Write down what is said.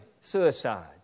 suicide